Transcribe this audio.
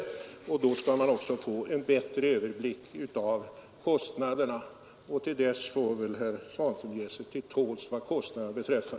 Till dess får väl herr Svanström ge sig till tåls, vad kostnaderna beträffar.